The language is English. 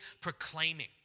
proclaiming